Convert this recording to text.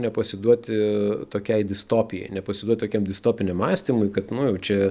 nepasiduoti tokiai distopijai nepasiduoti tokiam distopiniam mąstymui kad nu jau čia